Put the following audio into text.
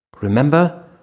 Remember